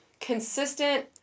consistent